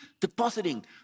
depositing